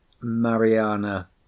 Mariana